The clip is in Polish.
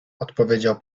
odpowiedział